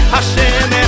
Hashem